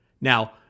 Now